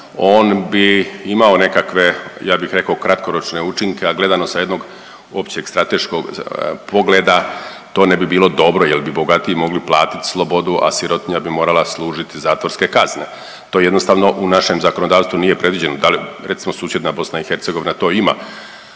On bi imao nekakve ja bih rekao kratkoročne učinke, a gledano sa jednog općeg strateškog pogleda to ne bi bilo dobro jer bi bogatiji mogli platit slobodu, a sirotinja bi morala služiti zatvorske kazne. To jednostavno u našem zakonodavstvu nije predviđeno. Da li, recimo susjedna BiH to ima,